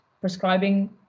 prescribing